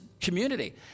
community